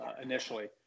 initially